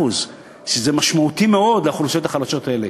שזה משמעותי מאוד לאוכלוסיות החלשות האלה.